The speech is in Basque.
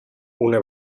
une